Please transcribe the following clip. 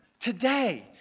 today